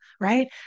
right